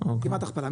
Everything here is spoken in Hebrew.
כמעט הכפלה,